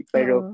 Pero